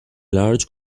large